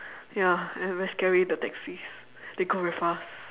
ya and very scary the taxis they go very fast